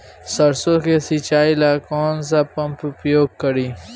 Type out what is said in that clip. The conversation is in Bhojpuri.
सरसो के सिंचाई ला कौन सा पंप उपयोग करी?